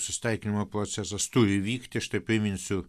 susitaikymo procesas turi vykti štai priminsiu